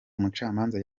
umucamanza